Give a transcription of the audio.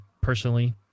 personally